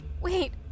Wait